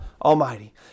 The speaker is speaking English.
Almighty